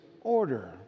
order